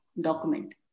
document